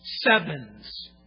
sevens